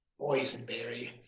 Boysenberry